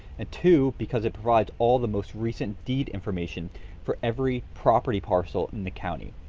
and two because it provides all the most recent deed information for every property parcel in the county.